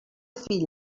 fill